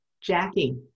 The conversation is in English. Jackie